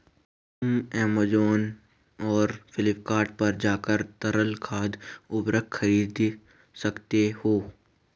तुम ऐमेज़ॉन और फ्लिपकार्ट पर जाकर तरल खाद उर्वरक खरीद सकते हो